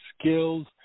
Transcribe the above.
skills